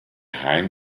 heim